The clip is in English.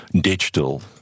digital